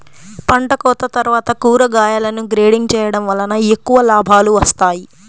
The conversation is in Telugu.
పంటకోత తర్వాత కూరగాయలను గ్రేడింగ్ చేయడం వలన ఎక్కువ లాభాలు వస్తాయి